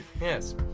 yes